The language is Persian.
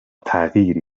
تغییر